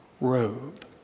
robe